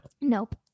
Nope